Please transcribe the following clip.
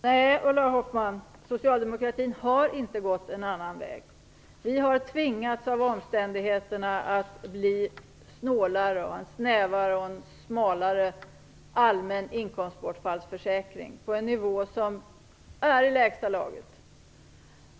Fru talman! Nej, socialdemokratin har inte gått en annan väg Ulla Hoffmann. Vi har av omständigheterna tvingats att bli snålare och att ha en snävare och smalare allmän inkomstbortfallsförsäkring på en nivå som är i lägsta laget.